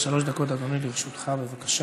שלוש דקות, אדוני, לרשותך, בבקשה.